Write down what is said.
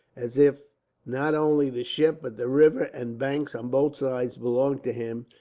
as if not only the ship but the river and banks on both sides belonged to him,